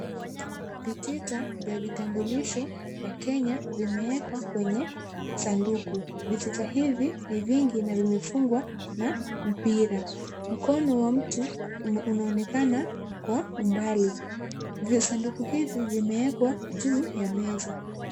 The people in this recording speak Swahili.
Vitita vya vitambulisho vya Kenya vimewekwa kwenye sanduku. Vitita hivi ni vingi na vimefungwa na mpira. Mkono wa mtu unaonekana kwa umbali. Visanduku hivi vimewekwa juu ya meza.